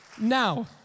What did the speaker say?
Now